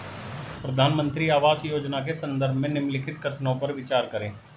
प्रधानमंत्री आवास योजना के संदर्भ में निम्नलिखित कथनों पर विचार करें?